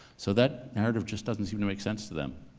so that narrative just doesn't seem to make sense to them.